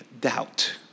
doubt